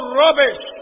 rubbish